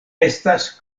estas